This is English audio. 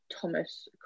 Thomas